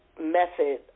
method